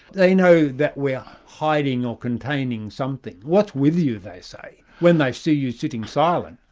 they know that we're hiding or containing something. what's with you? they say, when they see you sitting silent.